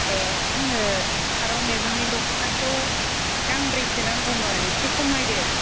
ए आंनो फारौ मेगननि दखनाखौ गांब्रैसो नांगौमोन एसे खमायदो